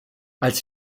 als